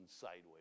sideways